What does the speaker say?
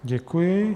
Děkuji.